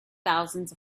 thousands